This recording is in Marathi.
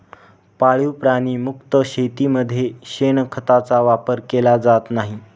पाळीव प्राणी मुक्त शेतीमध्ये शेणखताचा वापर केला जात नाही